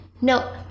no